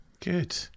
Good